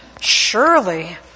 Surely